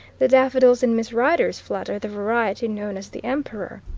the daffodils in miss rider's flat are the variety known as the emperor.